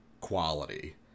quality